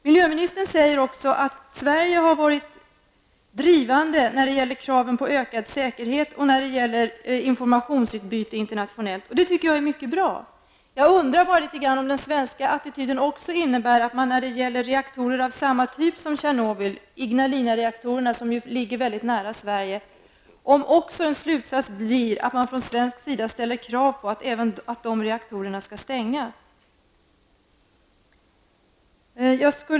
Miljöministern sade också att Sverige har varit drivande när det gäller kraven på ökad säkerhet och internationellt informationsutbyte. Det är mycket bra, men jag undrar litet grand om den svenska attityden också innebär att man när det gäller reaktorer av samma typ som den i Tjernobyl -- Ignalina-reaktorerna, som ju ligger väldigt nära Sverige -- från svensk sida ställer krav på att även dessa reaktorer skall stängas.